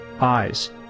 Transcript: eyes